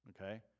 okay